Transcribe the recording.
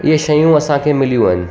इहे शयूं असांखे मिलियूं आहिनि